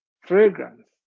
fragrance